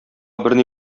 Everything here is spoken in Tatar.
берни